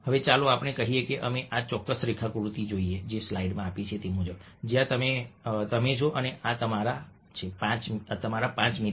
હવે ચાલો આપણે કહીએ કે અમે આ ચોક્કસ રેખાકૃતિ જોઈએ છીએ જ્યાં આ તમે છો અને આ તમારા છે પાંચ મિત્રો 1 2 3 4 અને 5 કહેવા દો